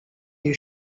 you